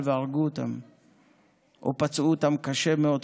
והרגו אותם או פצעו אותם קשה מאוד,